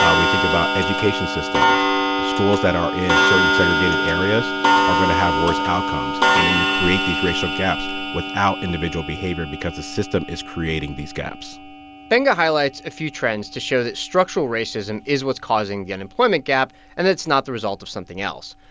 we think about education systems schools that are in certain segregated areas are going to have worse outcomes, and then you create these racial gaps without individual behavior because the system is creating these gaps gbenga highlights a few trends to show that structural racism is what's causing the unemployment gap and that it's not the result of something else.